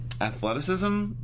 athleticism